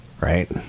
Right